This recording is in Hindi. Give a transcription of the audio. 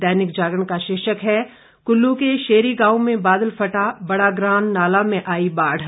दैनिक जागरण का शीर्षक है कुल्लू के शेरी गांव में बादल फटा बड़ाग्रां नाला में आई बाढ़